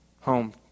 home